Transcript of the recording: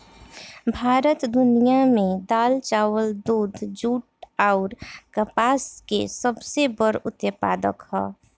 भारत दुनिया में दाल चावल दूध जूट आउर कपास के सबसे बड़ उत्पादक ह